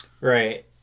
Right